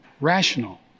rational